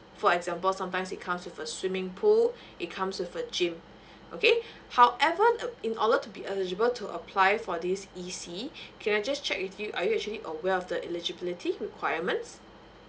for example sometimes it comes with a swimming pool it comes with the gym okay however uh in order to be eligible to apply for this E_C can I just check with you are you actually aware of the the eligibility requirements